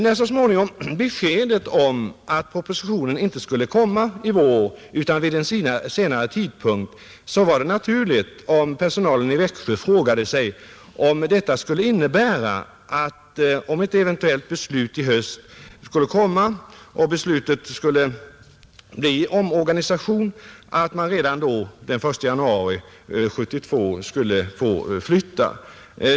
När så småningom beskedet kom att propositionen inte skulle framläggas i vår utan vid en senare tidpunkt, var det naturligt om personalen i Växjö frågade sig om detta skulle innebära att ett eventuellt beslut i höst skulle komma att medföra en omorganisation och att man fick flytta redan den 1 januari 1972.